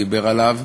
דיבר עליו.